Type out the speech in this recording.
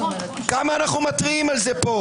כמה אנחנו מתריעים על זה פה?